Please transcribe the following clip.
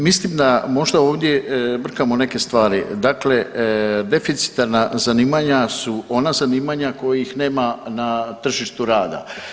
Mislim da možda ovdje brkamo neke stvari, dakle deficitarna zanimanja su ona zanimanja kojih nema na tržištu rada.